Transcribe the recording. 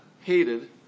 hated